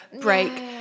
break